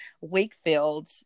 Wakefield